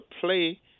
play